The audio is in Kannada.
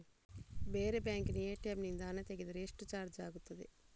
ಬೇರೆ ಬ್ಯಾಂಕಿನ ಎ.ಟಿ.ಎಂ ನಿಂದ ಹಣ ತೆಗೆದರೆ ಎಷ್ಟು ಚಾರ್ಜ್ ಆಗುತ್ತದೆ?